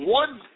one